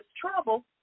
trouble